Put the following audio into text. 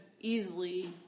easily